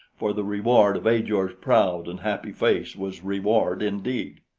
for the reward of ajor's proud and happy face was reward indeed.